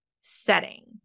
setting